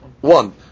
one